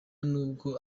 n’ubwo